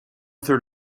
third